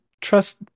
trust